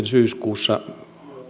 syyskuussa